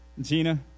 Gina